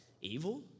evil